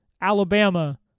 Alabama